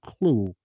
clue